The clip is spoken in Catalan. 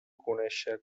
conèixer